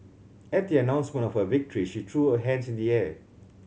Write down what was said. at the announcement of her victory she threw her hands in the air